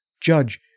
judge